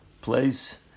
place